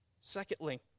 Secondly